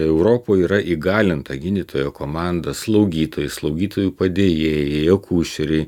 europoj yra įgalinta gydytojų komanda slaugytojai slaugytojų padėjėjai akušeriai